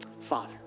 Father